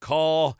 Call